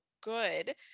good